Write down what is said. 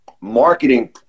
marketing